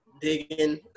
digging